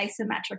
isometric